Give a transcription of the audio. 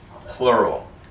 plural